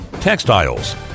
textiles